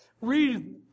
Read